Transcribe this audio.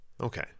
Okay